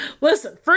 listen